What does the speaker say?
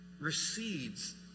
recedes